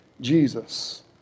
Jesus